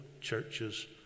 churches